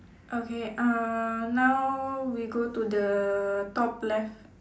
okay uh now we go to the top left